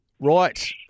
Right